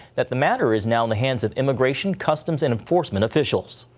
that the matter is now in the hands of immigration, customs and enforcement officials.